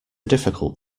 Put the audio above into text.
difficult